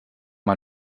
man